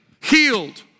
healed